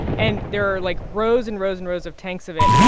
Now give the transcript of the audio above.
and there are, like, rows and rows and rows of tanks of it.